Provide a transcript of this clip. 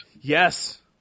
Yes